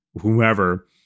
whomever